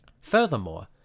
Furthermore